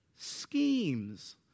schemes